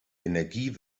energie